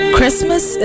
Christmas